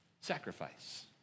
sacrifice